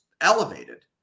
elevated